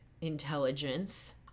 intelligence